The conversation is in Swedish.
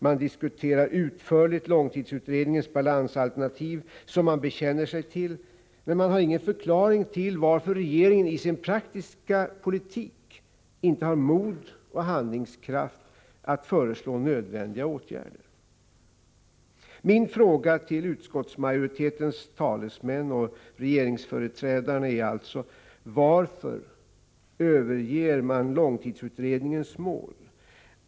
Man diskuterar utförligt långtidsutredningens balansalternativ, som man bekänner sig till, men man har ingen förklaring till varför regeringen i sin praktiska politik inte har mod och handlingskraft att föreslå nödvändiga åtgärder. Min fråga till utskottsmajoritetens talesmän och regeringsföreträdarna är alltså: Varför överger ni långtidsutredningens mål?